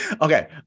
Okay